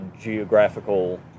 geographical